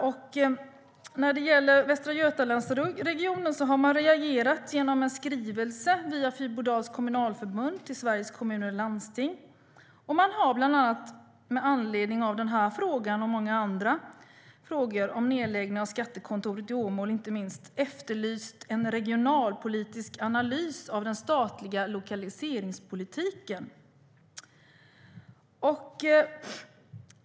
Från Västra Götalandsregionen har man reagerat genom en skrivelse via Fyrbodals kommunalförbund till Sveriges Kommuner och Landsting. Med anledning av den här frågan och många andra frågor, inte minst frågan om nedläggning av skattekontoret i Åmål, har man efterlyst en regionalpolitisk analys av den statliga lokaliseringspolitiken.